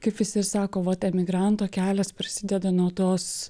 kaip visi ir sako vot emigranto kelias prasideda nuo tos